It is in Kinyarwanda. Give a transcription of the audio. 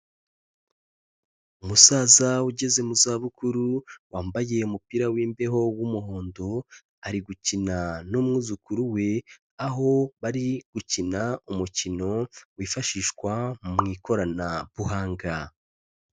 Umusaza ugeze mu zabukuru wambaye umupira w'imbeho w'umuhondo arigukina n'umwuzukuru we. Aho barigukina umukino wifashishwa mu ikoranabuhanga.